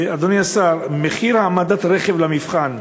אדוני השר, מחיר העמדת רכב למבחן